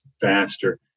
faster